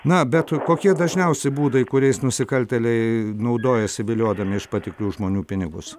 na bet kokie dažniausi būdai kuriais nusikaltėliai naudojasi viliodami iš patiklių žmonių pinigus